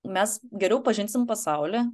mes geriau pažinsim pasaulį